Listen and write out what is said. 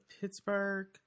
Pittsburgh